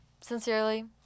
Sincerely